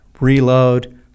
reload